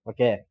Okay